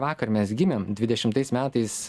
vakar mes gimėm dvidešimtais metais